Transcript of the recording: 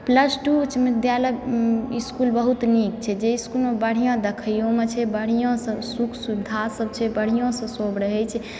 plus two उच्च विद्यालय school बहुत नीक छै जाहि स्कूलमे बढ़िऑं देखैयोमे छै बढिऑं सुख सुविधा सब छै बढिऑं सऽ सब रहै छै